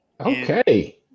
okay